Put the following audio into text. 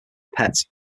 pet